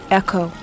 echo